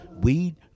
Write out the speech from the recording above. weed